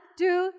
two